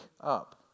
up